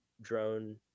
drone